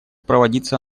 проводиться